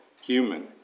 human